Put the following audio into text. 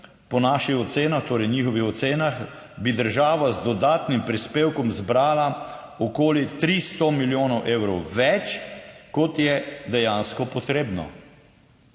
Po naših ocenah, torej njihovih ocenah, bi država z dodatnim prispevkom zbrala okoli 300 milijonov evrov več, kot je dejansko potrebno.